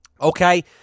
okay